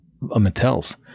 Mattel's